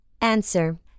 Answer